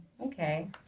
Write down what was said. okay